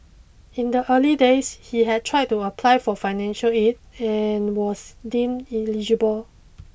in the early days he had tried to apply for financial aid but was deemed ineligible